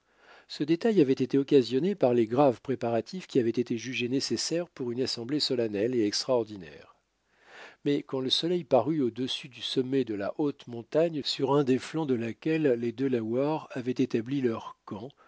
ce délai avait été occasionné par les graves préparatifs qui avaient été jugés nécessaires pour une assemblée solennelle et extraordinaire mais quand le soleil parut audessus du sommet de la haute montagne sur un des flancs de laquelle les delawares avaient établi leur camp